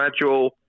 gradual